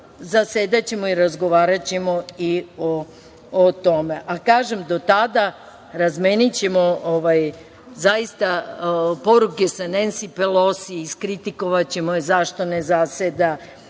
zasedaćemo i razgovaraćemo i o tome, a do tada razmenićemo zaista poruke sa Nensi Pelosi, iskritikovaćemo je zašto ne zaseda,